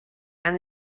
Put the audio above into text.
han